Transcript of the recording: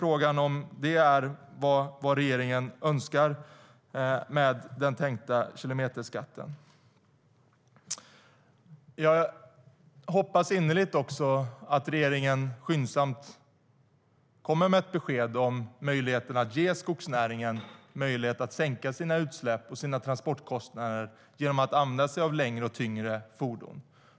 Frågan är om det är vad regeringen önskar med den tänkta kilometerskatten. Jag hoppas innerligt att regeringen skyndsamt kommer med ett besked om att ge skogsnäringen möjlighet att sänka sina utsläpp och sina transportkostnader genom att använda sig av längre och tyngre fordon.